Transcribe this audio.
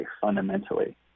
fundamentally